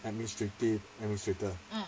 administrative administrator